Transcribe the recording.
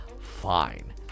fine